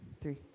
three